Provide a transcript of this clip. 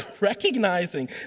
recognizing